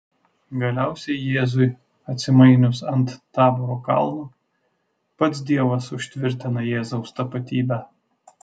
galiausiai jėzui atsimainius ant taboro kalno pats dievas užtvirtina jėzaus tapatybę